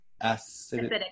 acid